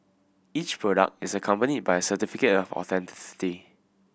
each product is accompanied by a certificate of authenticity